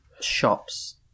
shops